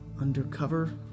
undercover